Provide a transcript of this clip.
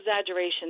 exaggeration